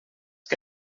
que